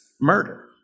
murder